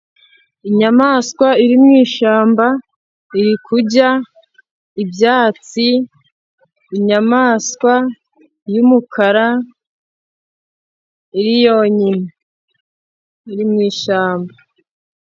Inyamaswa iri mu ishyamba, irikurya ibyatsi, inyamaswa y'umukara, iri yonyine mu ishyamba.